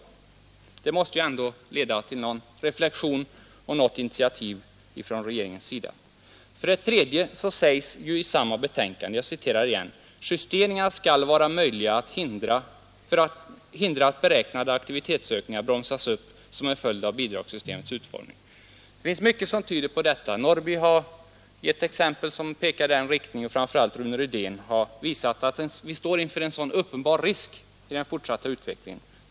Det måste ändå leda till någon reflexion och något initiativ från regeringens sida. ör det tredje sägs i samma betänkande: ”Justeringar skall också vara möjliga för att hindra att beräknade aktivitetsökningar bromsas som en följd av bidragssystemets utformning.” Det finns mycket som tyder på att så nu sker. Herr Norrby i Gunnarskog har gett exempel som pekat i denna riktning, och framför allt herr Rydén har visat att vi står inför en sådan uppenbar risk i den fortsatta utvecklingen.